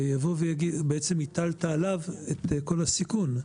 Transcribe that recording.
בעצם הטלת עליו את כל הסיכון,